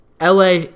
LA